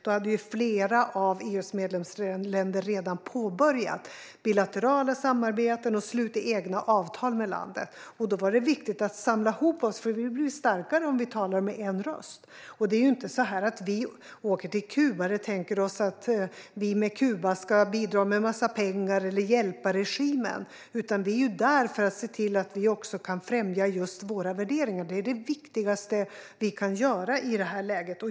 Då hade flera av EU:s medlemsländer redan påbörjat bilaterala samarbeten och slutit egna avtal med landet. Då var det viktigt att ena oss, för vi blir starkare om vi talar med en röst. Vi tänker inte bidra med en massa pengar till Kuba eller hjälpa regimen, utan vi är där för att vi också ska kunna främja våra värderingar. Det är det viktigaste vi kan göra i det här läget.